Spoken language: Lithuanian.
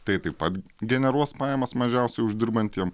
tai taip pat generuos pajamas mažiausiai uždirbantiem